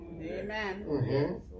amen